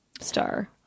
star